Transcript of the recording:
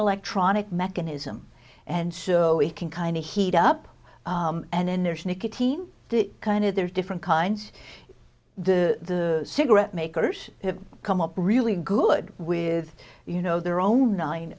electronic mechanism and so it can kind of heat up and then there's nicotine the kind of there are different kinds the cigarette makers have come up really good with you know their own nine